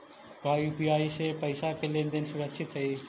का यू.पी.आई से पईसा के लेन देन सुरक्षित हई?